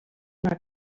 una